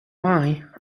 mine